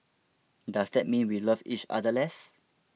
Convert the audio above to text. does that mean we love each other less